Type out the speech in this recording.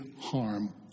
harm